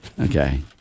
Okay